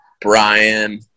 Brian